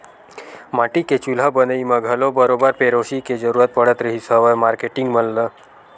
माटी के चूल्हा बनई म घलो बरोबर पेरोसी के जरुरत पड़त रिहिस हवय मारकेटिंग मन ल